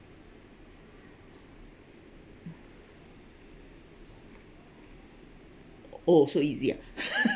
oh so easy ah